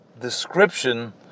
description